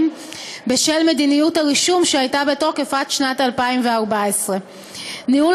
בשל מדיניות הרישום שהייתה בתוקף עד שנת 2014. ניהול